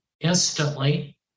instantly